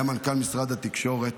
שהיה מנכ"ל משרד התקשורת,